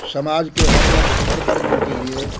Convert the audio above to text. समाज के हरगों हर वर्गों के लिए